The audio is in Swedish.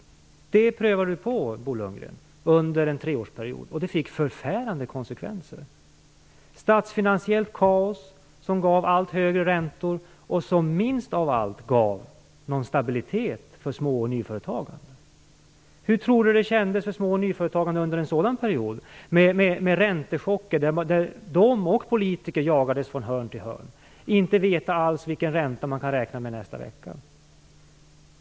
Detta provade Bo Lundgren på under en treårsperiod, vilket fick förfärande konsekvenser. Det blev ett statsfinansiellt kaos som gav allt högre räntor, vilket minst av allt gav någon stabilitet för små och nyföretagande. Hur tror Bo Lundgren att det kändes för små och nyföretagare under denna period med räntechocker, då de och politiker jagades från hörn till hörn? De visste inte alls vilken ränta de hade att räkna med veckan därpå.